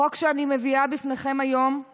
החוק שאני מביאה בפניכם היום הוא